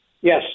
Yes